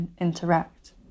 interact